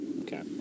Okay